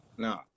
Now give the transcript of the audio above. No